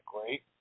great